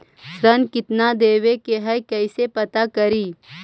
ऋण कितना देवे के है कैसे पता करी?